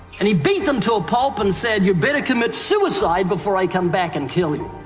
and he beat them to a pulp and said you better commit suicide before i come back and kill you.